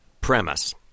premise